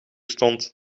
stond